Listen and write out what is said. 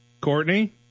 Courtney